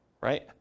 Right